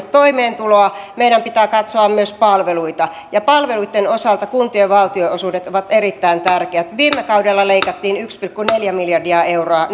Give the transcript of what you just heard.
toimeentuloa meidän pitää katsoa myös palveluita ja palveluitten osalta kuntien valtionosuudet ovat erittäin tärkeät viime kaudella leikattiin yksi pilkku neljä miljardia euroa